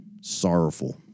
sorrowful